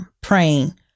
praying